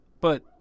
But-